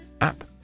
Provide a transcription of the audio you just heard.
App